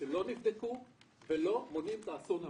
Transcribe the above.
שלא נבדקו ולא מונעים את האסון הבא.